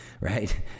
right